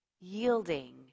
yielding